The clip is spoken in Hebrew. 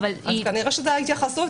כנראה שזאת ההתייחסות.